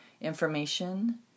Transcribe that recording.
information